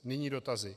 Nyní dotazy.